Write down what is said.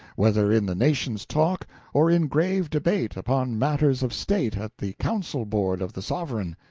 whether in the nation's talk or in grave debate upon matters of state at the council-board of the sovereign.